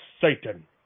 Satan